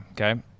okay